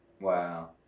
Wow